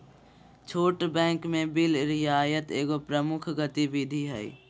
छोट बैंक में बिल रियायत एगो प्रमुख गतिविधि हइ